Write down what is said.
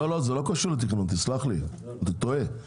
לא, לא, זה לא קשור לתכנון, תסלח לי, אתה טועה.